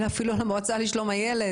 אל המועצה לשלום הילד,